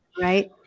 right